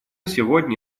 сегодня